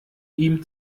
ihm